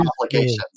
complications